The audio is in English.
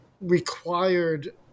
required